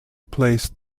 placed